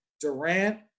Durant